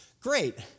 Great